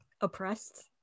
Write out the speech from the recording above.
oppressed